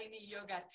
yoga